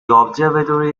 observatory